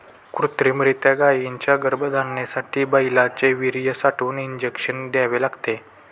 कृत्रिमरीत्या गायींच्या गर्भधारणेसाठी बैलांचे वीर्य साठवून इंजेक्शन द्यावे लागते